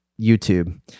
YouTube